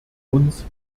uns